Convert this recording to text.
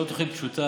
זו לא תוכנית פשוטה.